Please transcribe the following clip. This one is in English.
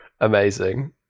amazing